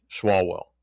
Swalwell